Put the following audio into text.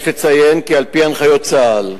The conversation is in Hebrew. יש לציין כי על-פי הנחיות צה"ל,